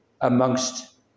amongst